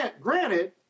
granted